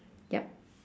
yup